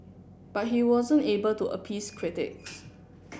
but he wasn't able to appease critics